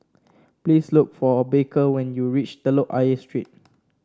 please look for Baker when you reach Telok Ayer Street